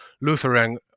Lutheran